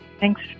Thanks